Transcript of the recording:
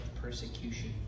persecution